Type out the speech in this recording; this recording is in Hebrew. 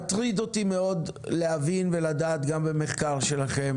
מטריד אותי מאוד להבין ולדעת גם במחקר שלכם